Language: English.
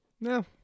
no